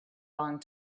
long